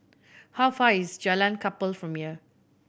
how far is Jalan Kapal from here